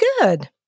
Good